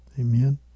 Amen